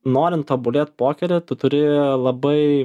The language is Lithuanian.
norint tobulėt pokeryje tu turi labai